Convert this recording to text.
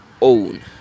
own